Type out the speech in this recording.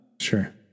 Sure